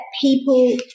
people